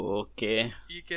okay